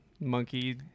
Monkey